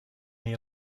nei